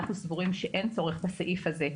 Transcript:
אנחנו סבורים שאין צורך בסעיף הזה.